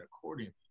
accordingly